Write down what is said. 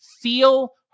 feel